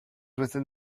within